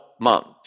months